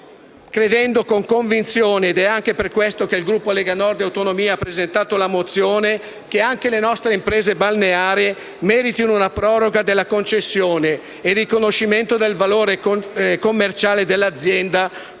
Crediamo con convinzione - ed è per questo che il Gruppo Lega Nord e Autonomie ha presentato una sua mozione - che anche le nostre imprese balneari meritino una proroga della concessione e il riconoscimento del valore commerciale dell'azienda,